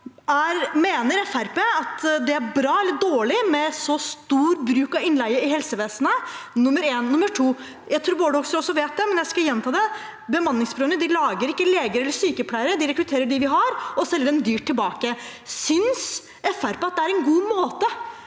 at det er bra eller dårlig med så stor bruk av innleie i helsevesenet? Nummer to: Jeg tror Bård Hoksrud også vet dette, men jeg skal gjenta det: Bemanningsbyråene lager ikke leger eller sykepleiere, de rekrutterer dem vi har, og selger dem dyrt tilbake. Synes Fremskrittspartiet at det er en god måte